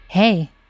Hey